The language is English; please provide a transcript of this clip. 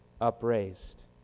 upraised